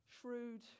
shrewd